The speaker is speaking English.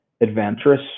adventurous